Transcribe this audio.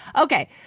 Okay